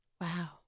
Wow